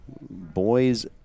Boys